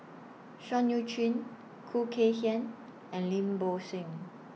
Seah EU Chin Khoo Kay Hian and Lim Bo Seng